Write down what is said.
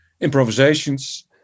improvisations